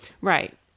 Right